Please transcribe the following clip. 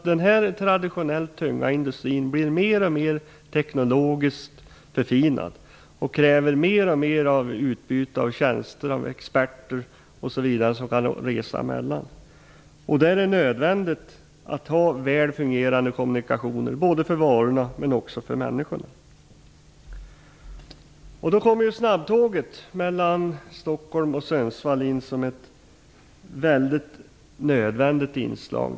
Den här traditionellt tunga industrin blir mer och mer teknologiskt förfinad och kräver mer och mer av utbyte av tjänster av experter osv., som kan resa mellan industriorterna. Då är det nödvändigt att ha väl fungerande kommunikationer, både för varorna och för människorna. Sundsvall in som ett nödvändigt inslag.